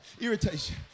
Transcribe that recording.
irritation